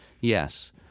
yes